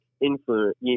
influence